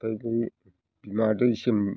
ओमफ्राय बै बिमा दैसिम